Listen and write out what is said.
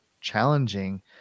challenging